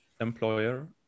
employer